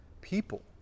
people